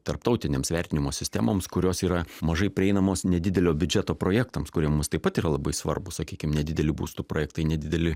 tarptautinėms vertinimo sistemoms kurios yra mažai prieinamos nedidelio biudžeto projektams kurie mums taip pat yra labai svarbus sakykim nedidelių būstų projektai nedideli